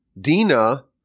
Dina